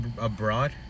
abroad